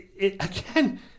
again